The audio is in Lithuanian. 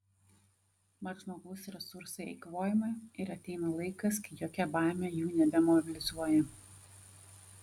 mat žmogaus resursai eikvojami ir ateina laikas kai jokia baimė jų nebemobilizuoja